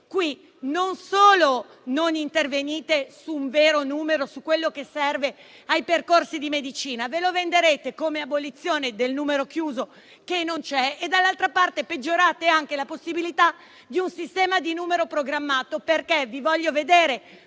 caso non solo non intervenite su un vero numero, su quello che serve ai percorsi di medicina, ve lo venderete come abolizione del numero chiuso (che non c'è) e, dall'altra parte, peggiorate anche la possibilità di un sistema di numero programmato. Voglio infatti vedervi,